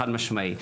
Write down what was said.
חד משמעית.